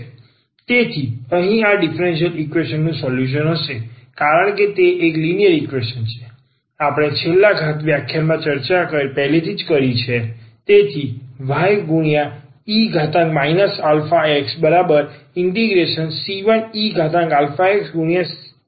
તેથી અહીં આ ડીફરન્સીયલ ઈક્વેશન નું સોલ્યુશન હશે કારણ કે તે એક લિનિયર ઈક્વેશન છે આપણે છેલ્લા વ્યાખ્યાનમાં પહેલેથી જ ચર્ચા કરી છે